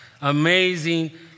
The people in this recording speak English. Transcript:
Amazing